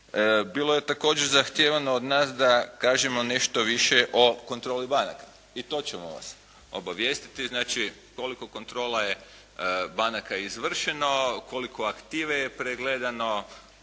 Bilo je također zahtijevano od nas da kažemo nešto više o kontroli banaka, i to ćemo vas obavijestiti. Znači, koliko kontrola je banaka izvršeno, koliko aktive je pregledano,